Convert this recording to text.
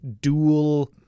dual